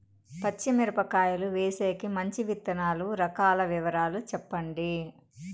పచ్చి మిరపకాయలు వేసేకి మంచి విత్తనాలు రకాల వివరాలు చెప్పండి?